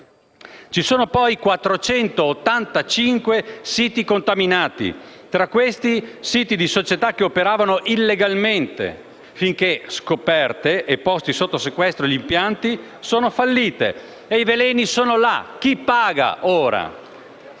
Ci sono poi 485 siti contaminati e, tra questi siti, di società che operavano illegalmente, finché, scoperte e posti sotto sequestro gli impianti, sono fallite e i veleni sono là. Chi paga ora?